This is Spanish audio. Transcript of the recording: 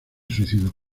suicidó